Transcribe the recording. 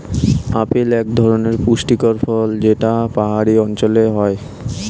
apple এক ধরনের পুষ্টিকর ফল যেটা পাহাড়ি অঞ্চলে হয়